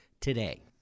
today